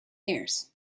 years